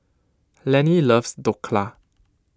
Lennie loves Dhokla